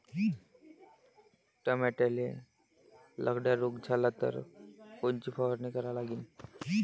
टमाट्याले लखड्या रोग झाला तर कोनची फवारणी करा लागीन?